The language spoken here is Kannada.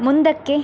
ಮುಂದಕ್ಕೆ